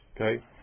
okay